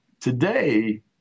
Today